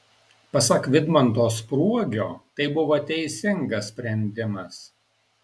pasak vidmanto spruogio tai buvo teisingas sprendimas